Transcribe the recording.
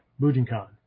Bujinkan